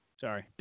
Sorry